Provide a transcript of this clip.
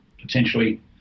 potentially